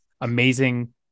Amazing